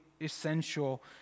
essential